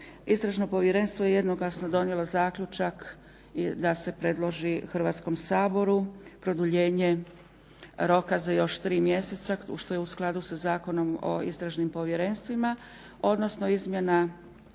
istražno povjerenstvo je jednoglasno donijelo zaključak da se predložiti Hrvatskom saboru produljenje roka za još 3 mjeseca, što je u skladu sa Zakonom o istražnim povjerenstvima, odnosno izmjena